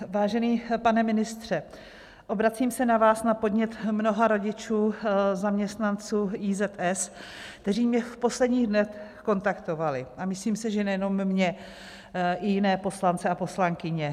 Vážený pane ministře, obracím se na vás na podnět mnoha rodičů zaměstnanců IZS, kteří mě v posledních dnech kontaktovali, a myslím si, že nejenom mě, ale i jiné poslance a poslankyně.